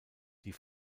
die